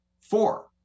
four